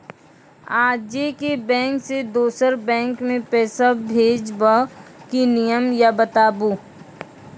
आजे के बैंक से दोसर बैंक मे पैसा भेज ब की नियम या बताबू?